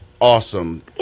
awesome